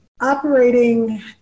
operating